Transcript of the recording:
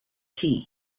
tea